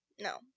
No